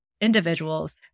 individuals